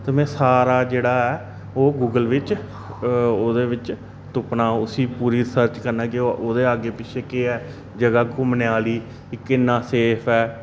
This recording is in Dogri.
ते में सारा जेह्ड़ा ऐ ओह् गूगल बिच्च ओह्दे बिच्च तुप्पना उसी पूरी सर्च करना के ओह्दे अग्गे पिच्छे केह् ऐ जगह् घूमने आह्ली किन्ना सेफ ऐ